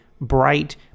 bright